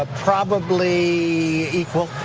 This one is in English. ah probably equal.